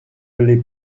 les